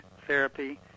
therapy